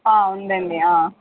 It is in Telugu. ఉందండి